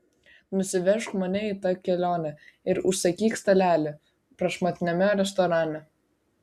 nusivežk mane į tą kelionę ir užsakyk stalelį prašmatniame restorane